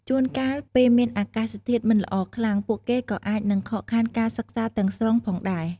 ជួនកាល ពេលមានអាកាសធាតុមិនល្អខ្លាំង ពួកគេក៏អាចនឹងខកខានការសិក្សាទាំងស្រុងផងដែរ។